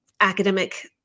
academic